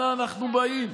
אנה אנחנו באים?